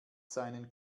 seinen